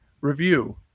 review